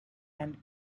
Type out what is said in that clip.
and